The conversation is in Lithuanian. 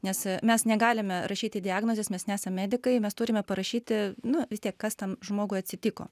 nes mes negalime rašyti diagnozės mes nesam medikai mes turime parašyti nu vis tiek kas tam žmogui atsitiko